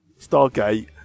Stargate